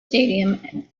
stadium